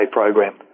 program